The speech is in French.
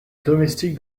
domestique